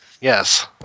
Yes